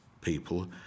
people